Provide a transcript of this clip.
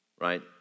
right